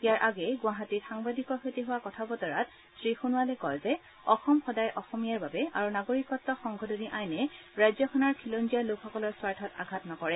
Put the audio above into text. ইয়াৰ আগেয়ে গুৱাহাটীত সাংবাদিকৰ সৈতে হোৱা কথা বতৰাত শ্ৰীসোণোৱালে কয় যে অসম সদায় অসমীয়াৰ বাবে আৰু নাগৰিকত্ব সংশোধনী আইনে ৰাজ্যখনৰ খিলঞ্জীয়া লোকসকলৰ স্বাৰ্থত আঘাত নকৰে